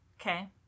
okay